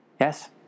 yes